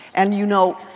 and you know,